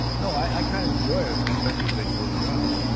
no, i i kind of enjoy. it especially if they do it well